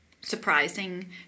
surprising